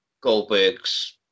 Goldberg's